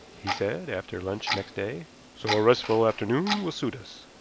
he said after lunch next day so a restful afternoon will suit us.